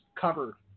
cover